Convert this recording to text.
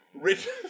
Written